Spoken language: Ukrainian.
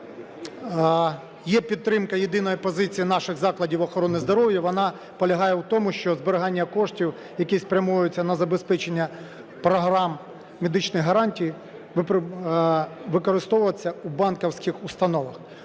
Є підтримка єдиної позиції наших закладів охорони здоров'я, вона полягає в тому, що зберігання коштів, які спрямуються на забезпечення програм медичних гарантій, використовуватися у банківських установах.